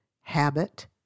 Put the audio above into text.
Habit